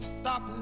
Stop